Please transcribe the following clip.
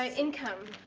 um income.